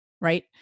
right